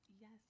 Yes